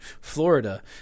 Florida